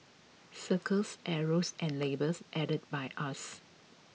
circles arrows and labels added by us